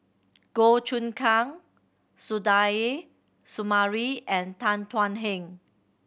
Goh Choon Kang Suzairhe Sumari and Tan Thuan Heng